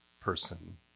person